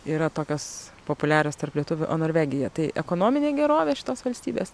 yra tokios populiarios tarp lietuvių o norvegija tai ekonominė gerovė šitos valstybės